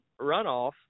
runoff